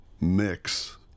mix